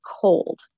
cold